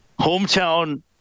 hometown